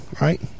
right